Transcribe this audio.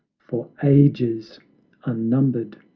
for ages unnumbered,